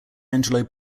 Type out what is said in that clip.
angelo